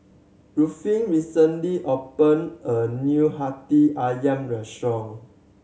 Ruffin recently opened a new Hati Ayam restaurant